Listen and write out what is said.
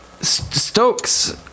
Stokes